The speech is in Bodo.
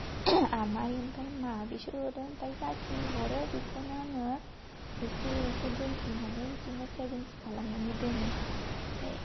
आमाइ ओमफाय मा बिसोरो हरो ओमफाय जाखिनि हरो बेखौनो आङो एसे एसे दोन्थुमनानै बिदिनो सेभिंस खालामनानै दोनो ओमफाय